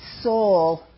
soul